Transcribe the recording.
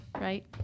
Right